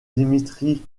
dmitri